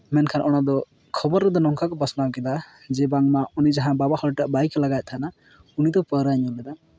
ᱢᱮᱱᱠᱷᱟᱱ ᱚᱱᱟᱫᱚ ᱠᱷᱚᱵᱚᱨ ᱨᱮᱫᱚ ᱱᱚᱝᱠᱟ ᱠᱚ ᱯᱟᱥᱱᱟᱣ ᱠᱮᱫᱟ ᱡᱮ ᱵᱟᱝᱢᱟ ᱩᱱᱤ ᱡᱟᱦᱟᱸ ᱵᱟᱵᱟ ᱦᱚᱲᱴᱟᱜ ᱵᱟᱭᱤᱠ ᱞᱟᱜᱟᱣᱮᱫ ᱛᱟᱦᱮᱱᱟ ᱩᱱᱤ ᱫᱚ ᱯᱟᱹᱣᱨᱟᱹᱭ ᱧᱩ ᱞᱮᱫᱟ